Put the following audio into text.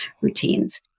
routines